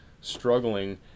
struggling